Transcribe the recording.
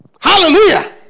Hallelujah